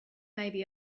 maybe